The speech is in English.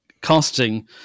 casting